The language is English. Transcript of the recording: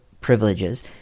privileges